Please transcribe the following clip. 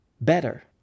better